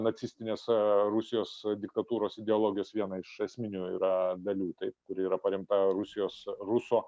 nacistinės rusijos diktatūros ideologijos viena iš esminių yra dalių taip kuri yra paremta rusijos ruso